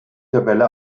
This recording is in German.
tabelle